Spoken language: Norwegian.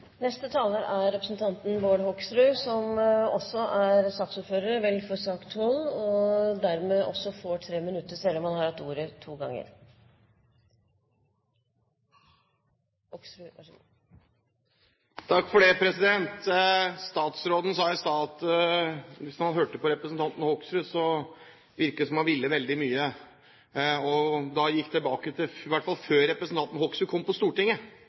Neste taler er representanten Bård Hoksrud, som er saksordfører for sak nr. 12. Bård Hoksrud får dermed også en taletid på 3 minutter, selv om han har hatt ordet to ganger tidligere. Statsråden sa i stad at hvis man hørte på representanten Hoksrud, virket det som han ville veldig mye – og gikk i hvert fall tilbake til tiden før representanten Hoksrud kom på Stortinget.